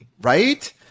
right